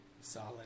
Solid